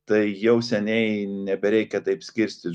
tai jau seniai nebereikia taip skirstyt